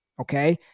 okay